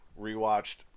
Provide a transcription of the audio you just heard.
Rewatched